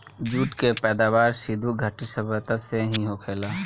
jute के पैदावार सिधु घाटी सभ्यता से ही होखेला